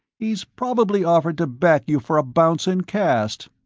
he's probably offered to back you for a bounce in caste.